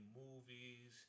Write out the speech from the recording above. movies